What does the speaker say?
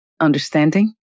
understanding